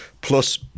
plus